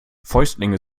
fäustlinge